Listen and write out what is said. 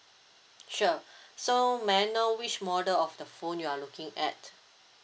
sure so may I know which model of the phone you are looking at